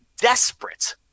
desperate